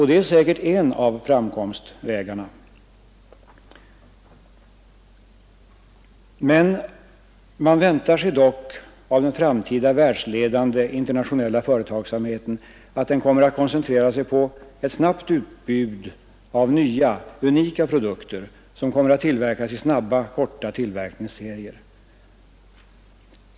Det är säkert en av framkomstvägarna, men man väntar sig också av den framtida världsledande internationella företagsamheten att den i hög grad kommer att koncentrera sig på ett snabbt utbud av nya, unika produkter som kommer att tillverkas i snabba, korta tillverkningsserier.